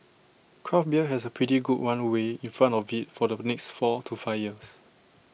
craft beer has A pretty good runway in front of IT for the next four to five years